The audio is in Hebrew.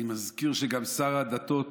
ואני מזכיר שגם שר הדתות